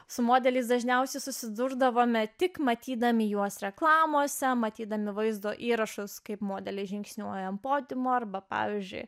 su modeliais dažniausiai susidurdavome tik matydami juos reklamose matydami vaizdo įrašus kaip modelis žingsniuojant podiumu arba pavyzdžiui